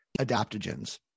adaptogens